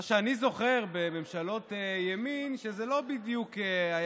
מה שאני זוכר: בממשלות ימין זה לא בדיוק היה